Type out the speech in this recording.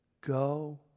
go